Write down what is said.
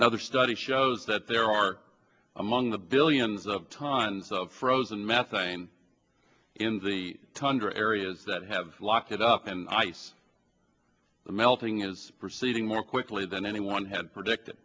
another study shows that there are among the billions of tons of frozen methane in the tundra areas that have locked it up and ice melting is receding more quickly than anyone had predicted